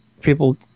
people